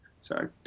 sorry